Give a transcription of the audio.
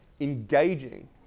engaging